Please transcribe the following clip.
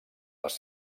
les